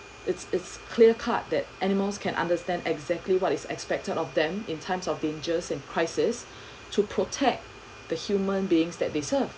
it's it's clear cut that animals can understand exactly what is expected of them in times of dangers and crisis to protect the human beings that they serve